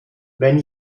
wenn